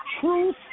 truth